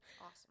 awesome